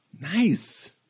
nice